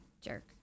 Jerk